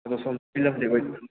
ꯑꯗꯣ ꯁꯣꯟꯒꯤ ꯂꯝꯗꯤ ꯑꯩꯈꯣꯏ